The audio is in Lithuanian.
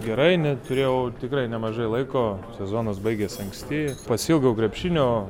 gerai ne turėjau tikrai nemažai laiko sezonas baigėsi anksti pasiilgau krepšinio